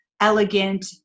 elegant